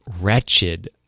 wretched